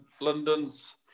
London's